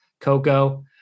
Coco